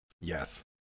yes